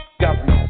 government